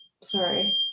Sorry